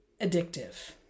addictive